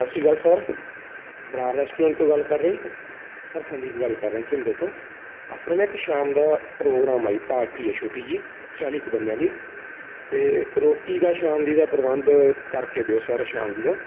ਸਤਿ ਸ਼੍ਰੀ ਅਕਾਲ ਸਰ ਬਰਾੜ ਰੈਸਟੋਰੈਂਟ ਤੋਂ ਗੱਲ ਕਰ ਰਹੇ ਜੀ ਸਰ ਸੰਦੀਪ ਗੱਲ ਕਰ ਰਿਹਾ ਝੁੰਬੇ ਤੋਂ ਆਪਣੇ ਨਾ ਇੱਕ ਸ਼ਾਮ ਦਾ ਪ੍ਰੋਗਰਾਮ ਆ ਜੀ ਪਾਰਟੀ ਆ ਛੋਟੀ ਜਿਹੀ ਚਾਲੀ ਕੁ ਬੰਦਿਆਂ ਦੀ ਅਤੇ ਰੋਟੀ ਦਾ ਸ਼ਾਮ ਦੀ ਦਾ ਪ੍ਰਬੰਧ ਕਰਕੇ ਦਿਓ ਸਰ ਸ਼ਾਮ ਦੀ ਦਾ